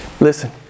Listen